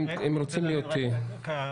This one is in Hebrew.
אני רוצה להבין,